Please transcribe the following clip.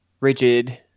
rigid